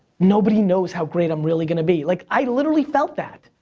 nobody knows how great i'm really gonna be. like, i literally felt that.